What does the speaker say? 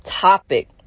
topic